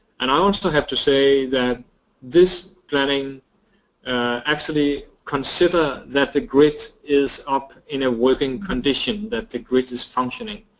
and i also have to say that this planning actually consider that the grid is up in a working condition, that the grid is functioning,